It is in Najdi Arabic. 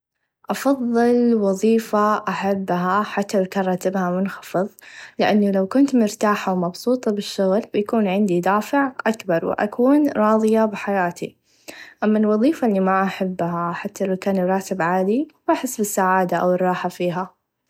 أفظل وظيفه أحبها حتى لو كان راتبها منخفظ لإني لو كنت مرتاحه و مبسوطه بالشغل بيكون عندي دافع أكبر و أكون راظيه بحياتي أما الوظيفه إلي ما أحبها حتى لو كان الراتب عالي ما أحس بالسعاده أو الراحه فيها.